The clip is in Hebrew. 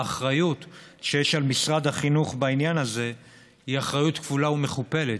האחריות שיש על משרד החינוך בעניין הזה היא אחריות כפולה ומכופלת.